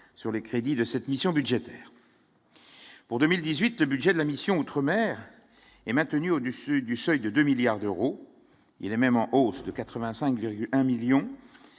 sur les crédits de cette mission budgétaire. Pour 2018, le budget de la mission outre-mer est maintenu au-dessus du seuil de 2 milliards d'euros, il est même en hausse de 85,1 millions